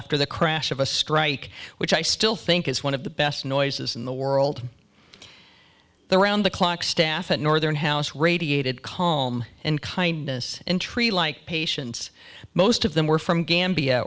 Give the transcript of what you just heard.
after the crash of a strike which i still think is one of the best noises in the world the round the clock staff at northern house radiated calm and kindness in tree like patients most of them were from gambia